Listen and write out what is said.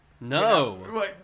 No